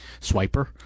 Swiper